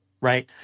Right